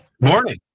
Morning